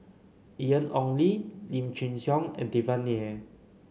Ian Ong Li Lim Chin Siong and Devan Nair